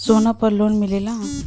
सोना पर लोन मिलेला?